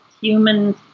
human